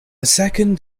second